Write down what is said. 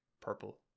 purple